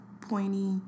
pointy